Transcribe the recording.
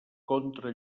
contra